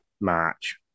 March